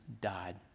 died